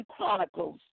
Chronicles